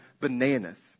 bananas